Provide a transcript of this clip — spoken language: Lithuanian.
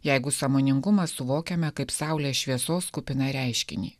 jeigu sąmoningumą suvokiame kaip saulės šviesos kupiną reiškinį